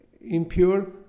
impure